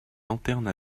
lanterne